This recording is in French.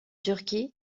turquie